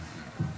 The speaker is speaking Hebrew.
הזמן.